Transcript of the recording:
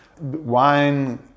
Wine